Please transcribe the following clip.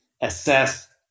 assess